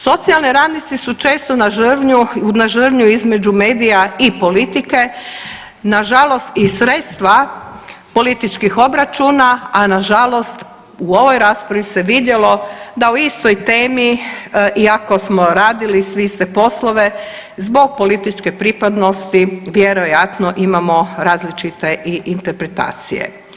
Socijalni radnici su često na žrvnju, na žrvnju između medija i politike, nažalost i sredstva političkih obračuna, a nažalost u ovoj raspravi se vidjelo da o istoj temi iako samo radili svi iste poslove zbog političke pripadnosti vjerojatno imamo i različite i interpretacije.